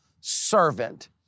servant